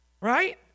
Right